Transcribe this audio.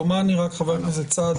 יאמר לי רק חבר הכנסת סעדי,